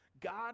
God